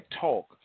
talk